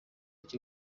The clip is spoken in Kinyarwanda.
cyo